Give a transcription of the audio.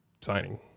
signing